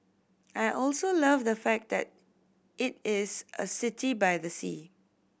I also love the fact that it is a city by the sea